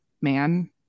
man